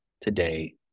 today